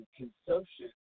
consumption